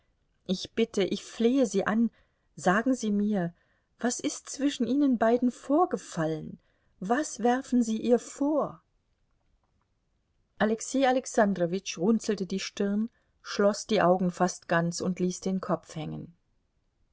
ich bitte ich flehe sie an sagen sie mir was ist zwischen ihnen beiden vorgefallen was werfen sie ihr vor alexei alexandrowitsch runzelte die stirn schloß die augen fast ganz und ließ den kopf hängen